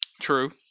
true